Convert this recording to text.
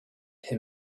him